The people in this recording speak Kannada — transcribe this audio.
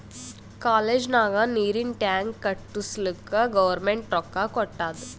ಕಾಲೇಜ್ ನಾಗ್ ನೀರಿಂದ್ ಟ್ಯಾಂಕ್ ಕಟ್ಟುಸ್ಲಕ್ ಗೌರ್ಮೆಂಟ್ ರೊಕ್ಕಾ ಕೊಟ್ಟಾದ್